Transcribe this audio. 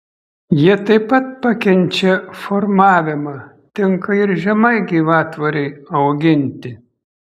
jie taip pat pakenčia formavimą tinka ir žemai gyvatvorei auginti